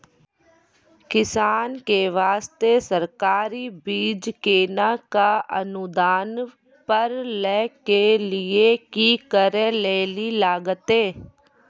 किसान के बास्ते सरकारी बीज केना कऽ अनुदान पर लै के लिए की करै लेली लागतै?